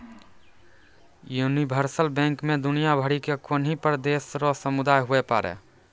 universal bank मे दुनियाँ भरि के कोन्हो भी देश रो सदस्य हुवै पारै